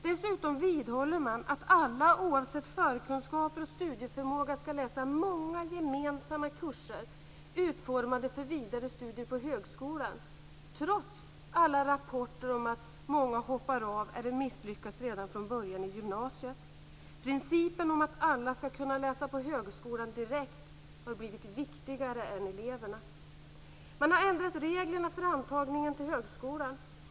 Dessutom vidhåller man att alla oavsett förkunskaper och studieförmåga skall läsa många gemensamma kurser utformade för vidare studier på högskolan - trots alla rapporter om att många hoppar av eller misslyckas redan från början i gymnasiet. Principen om att alla skall kunna läsa på högskolan direkt har blivit viktigare än eleverna. Man har ändrat reglerna för antagningen till högskolan.